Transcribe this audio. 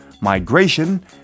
migration